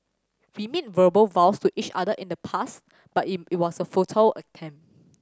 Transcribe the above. we made verbal vows to each other in the past but it was a futile attempt